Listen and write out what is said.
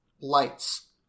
lights